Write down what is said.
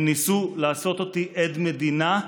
הם ניסו לעשות אותי עד מדינה.